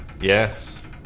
Yes